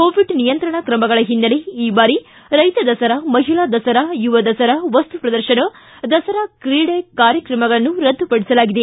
Covid ನಿಯಂತ್ರಣ ಕ್ರಮಗಳ ಹಿನ್ನೆಲೆ ಈ ಬಾರಿ ರೈತ ದಸರಾ ಮಹಿಳಾ ದಸರಾ ಯುವದಸರಾ ವಸ್ತುಪ್ರದರ್ಶನ ದಸರಾ ಕ್ರೀಡೆ ಕಾರ್ಯಕ್ರಮಗಳನ್ನು ರದ್ದುಪಡಿಸಲಾಗಿದೆ